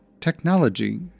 technology